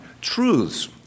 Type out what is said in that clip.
truths